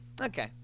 Okay